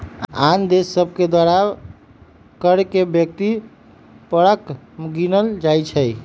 आन देश सभके द्वारा कर के व्यक्ति परक गिनल जाइ छइ